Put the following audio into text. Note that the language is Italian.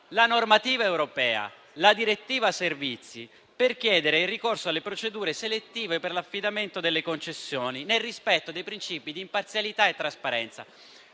la normativa europea e la direttiva servizi per chiedere il ricorso alle procedure selettive per l'affidamento delle concessioni, nel rispetto dei principi di imparzialità e trasparenza.